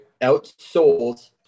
Outsold